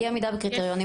אי עמידה בקריטריונים,